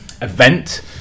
event